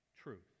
truth